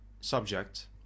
subject